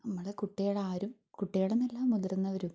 നമ്മൾ കുട്ടികളാരും കുട്ടികളെന്നല്ല മുതിർന്നവരും